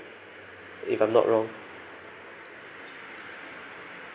if I'm not wrong